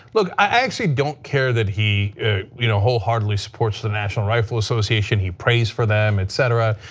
like i actually don't care that he you know wholeheartedly supports the national rifle association, he prays for them, etc,